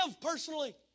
personally